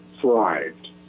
thrived